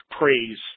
praise